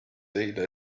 eile